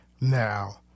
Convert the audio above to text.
Now